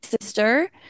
sister